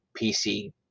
PC